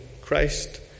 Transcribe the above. Christ